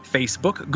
Facebook